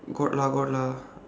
got lah got lah